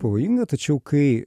pavojinga tačiau kai